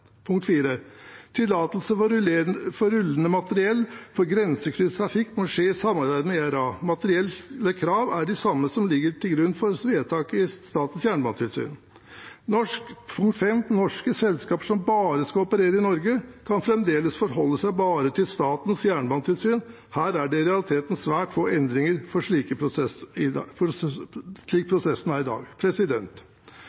Tillatelse for rullende materiell for grensekryssende trafikk må skje i samarbeid med ERA. Materielle krav er de samme som ligger til grunn for vedtak i Statens jernbanetilsyn. Norske selskaper som bare skal operere i Norge, kan fremdeles forholde seg bare til Statens jernbanetilsyn. Her er det i realiteten svært få endringer fra slik prosessen er i